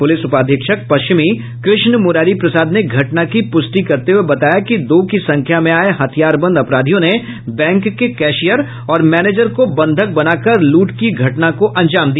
police उपाधीक्षक पश्चिमी कृष्ण मुरारी प्रसाद ने घटना की पुष्टि करते हुए बताया कि दो की संख्या में आये हथियार बंद अपराधियों ने बैंक के कैशियर और मैनेजर को बंधक बनाकर लूट की घटना को अंजाम दिया